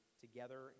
together